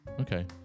okay